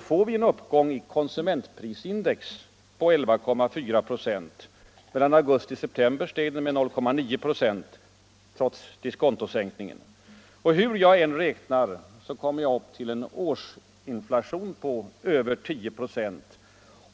får vi en uppgång i konsumentprisindex på 11,4 96. Mellan augusti och september steg index med 0,9 246, trots diskontosänkningen. Hur jag än räknar, kommer jag upp till en årsinflation på över 10 96.